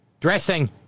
Dressing